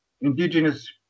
indigenous